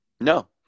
No